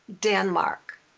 Denmark